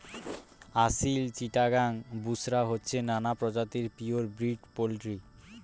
আসিল, চিটাগাং, বুশরা হচ্ছে নানা প্রজাতির পিওর ব্রিড পোল্ট্রি